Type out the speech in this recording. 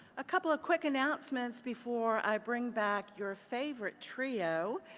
a couple of quick announcements before i bring back your favorite trio.